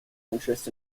interest